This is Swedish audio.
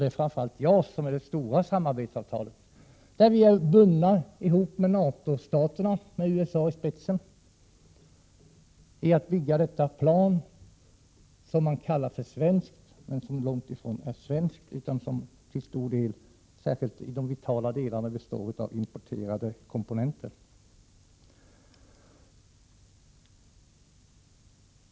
Det stora samarbetsavtalet gäller framför allt JAS, där Sverige är bundet till NATO-staterna, med USA i spetsen, för att kunna bygga detta plan. JAS-planet är långt ifrån svenskt, även om det kallas så, och består huvudsakligen — särskilt i de vitala delarna — av importerade komponenter.